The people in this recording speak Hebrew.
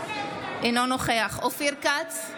אינו נוכח אופיר כץ,